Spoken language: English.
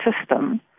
system